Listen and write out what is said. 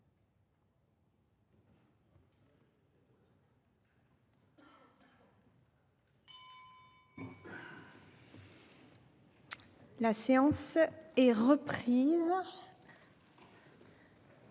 La séance est reprise.